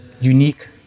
unique